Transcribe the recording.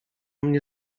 mnie